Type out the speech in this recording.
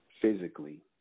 Physically